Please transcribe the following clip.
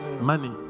Money